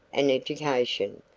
and education.